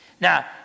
Now